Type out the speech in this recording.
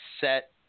set